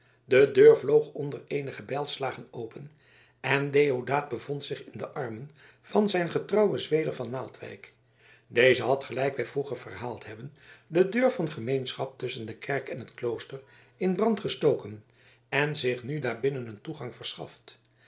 de deur vloog onder eenige bijlslagen open en deodaat bevond zich in de armen van zijn getrouwen zweder van naaldwijk deze had gelijk wij vroeger verhaald hebben de deur van gemeenschap tusschen de kerk en het klooster in brand gestoken en zich nu daarbinnen een toegang verschaft